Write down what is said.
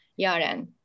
Yaren